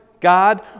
God